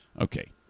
Okay